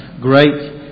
great